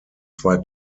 zwei